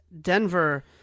Denver